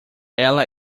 ela